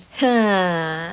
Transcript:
ha